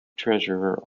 treasurer